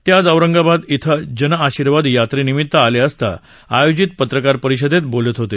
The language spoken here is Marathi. ते ज औरंगाबाद इथं जन र्शिवाद यात्रेनिमित ले असता योजित पत्रकार परिषदेत बोलत होते